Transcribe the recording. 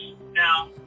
Now